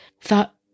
thought